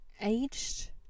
aged